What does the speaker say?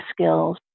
skills